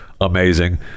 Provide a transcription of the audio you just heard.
amazing